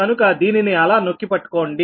కనుక దీనిని అలా నొక్కి పట్టుకోండి